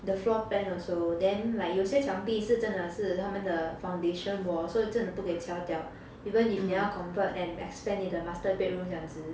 the floor plan also then like 有些墙壁是真的是他们的 foundation wall so 真的不可以敲掉 even if 你要 convert and expand 你的 master bedroom 这样子